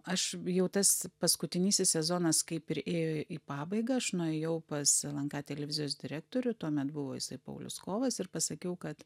aš jau tas paskutinysis sezonas kaip ir ėjo į pabaigą aš nuėjau pas lnk televizijos direktorių tuomet buvo jisai paulius kovas ir pasakiau kad